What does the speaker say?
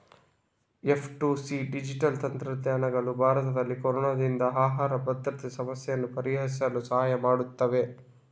F two C digital ತಂತ್ರಜ್ಞಾನಗಳು ಭಾರತದಲ್ಲಿ ಕೊರೊನಾದಿಂದ ಆಹಾರ ಭದ್ರತೆ ಸಮಸ್ಯೆಯನ್ನು ಪರಿಹರಿಸಲು ಸಹಾಯ ಮಾಡುತ್ತವೆ